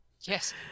Yes